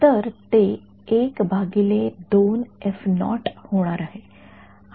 तर ते होणार आहे